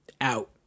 out